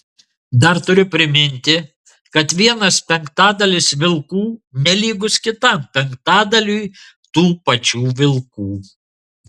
dar turiu priminti kad vienas penktadalis vilkų nelygus kitam penktadaliui tų pačių vilkų